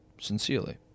sincerely